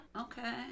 Okay